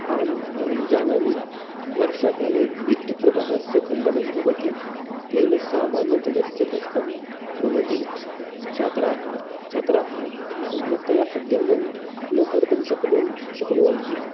आम् अहं जानामि वर्षाकाले विद्युत्प्रवाहस्य खण्डनं भवति तेन सामान्यजनस्य कष्टं भवति छात्राः छात्राः सम्यक्तया अध्यनं न कर्तुं शक्नुवन्ति शक्नुवन्ति